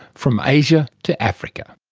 from asia to africa.